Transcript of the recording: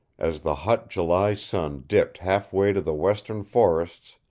as the hot july sun dipped half way to the western forests,